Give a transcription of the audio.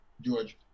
George